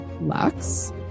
Lux